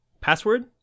Password